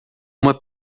uma